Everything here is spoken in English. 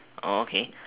okay